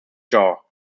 yaw